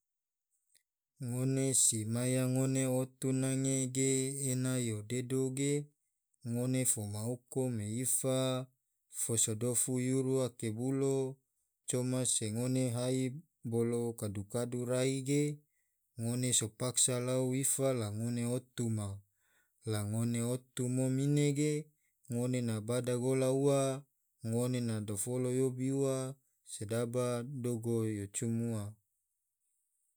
Ngone se maya ngone otu nange ge ena yodedo ge ngone fo ma uku me ifa fo sodofu ake bulo coma se ngone hai bolo kadu-kadu rai ge ngone so paksa lau ifa la ngone otu ma la ngona otu mom ine ge ngone na bada gola ua ngone na dofolo yobi ua sedaba dogo yo cum ua.